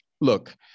Look